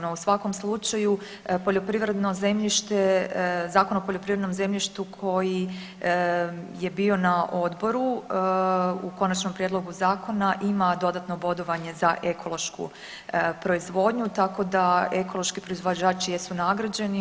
No u svakom slučaju poljoprivredno zemljište, Zakon o poljoprivrednom zemljištu koji je bio na odboru u konačnom prijedlogu zakona ima dodatno bodovanje za ekološku proizvodnju, tako da ekološki proizvođači jesu nagrađeni.